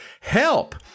Help